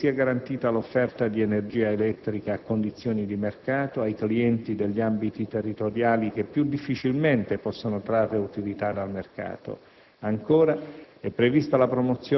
Inoltre, viene previsto che sia garantita l'offerta di energia elettrica a condizioni di mercato ai clienti degli ambiti territoriali che più difficilmente possono trarre utilità dal mercato.